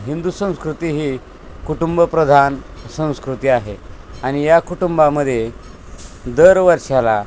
हिंदू संस्कृती ही कुटुंबप्रधान संस्कृती आहे आणि या कुटुंबामध्ये दर वर्षाला